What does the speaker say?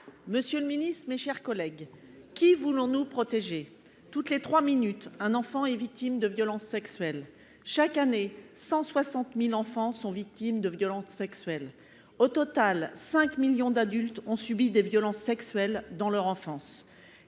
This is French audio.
Monsieur le ministre, qui voulons nous protéger ? Toutes les trois minutes, un enfant est victime de violences sexuelles. Chaque année, 160 000 enfants sont victimes de violences sexuelles. Au total, 5 millions d’adultes ont subi des violences sexuelles dans leur enfance.